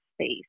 space